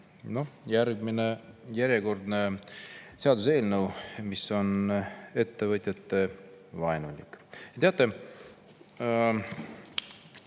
Järjekordne seaduseelnõu, mis on ettevõtjavaenulik. Teate,